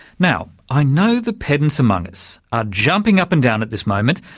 now, i know the pedants among us are jumping up and down at this moment,